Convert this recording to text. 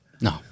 No